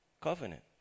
covenant